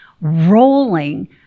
rolling